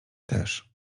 też